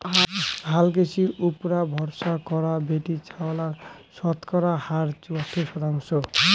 হালকৃষির উপুরা ভরসা করা বেটিছাওয়ালার শতকরা হার চুয়াত্তর শতাংশ